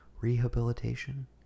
Rehabilitation